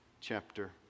chapter